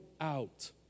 out